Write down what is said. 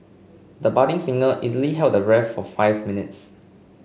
the budding singer easily held the of five minutes